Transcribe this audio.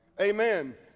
Amen